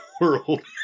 world